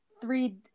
three